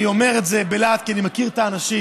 אני אומר את זה בלהט כי אני מכיר את האנשים,